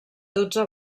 dotze